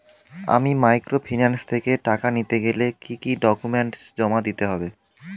আমি মাইক্রোফিন্যান্স থেকে টাকা নিতে গেলে কি কি ডকুমেন্টস জমা দিতে হবে?